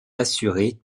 assurés